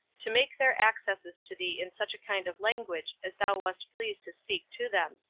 to make their accesses to thee in such a kind of language as thou wast pleased to speak to them,